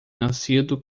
nascido